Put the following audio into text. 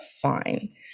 Fine